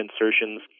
insertions